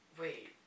wait